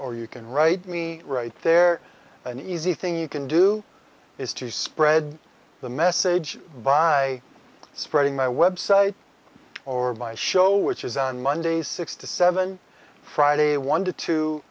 or you can write me right there an easy thing you can do is to spread the message by spreading my website or my show which is on monday six to seven friday one t